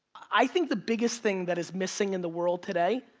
i think the biggest thing that is missing in the world today,